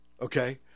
Okay